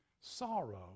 sorrow